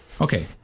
okay